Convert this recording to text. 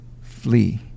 flee